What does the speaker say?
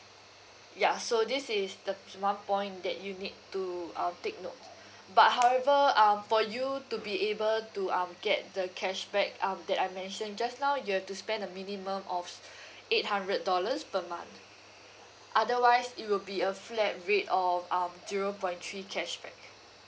ya so this is the ps~ one point that you need to um take note but however um for you to be able to um get the cashback um that I mentioned just now you have to spend a minimum of eight hundred dollars per month otherwise it will be a flat rate of um zero point three cashback